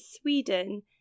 Sweden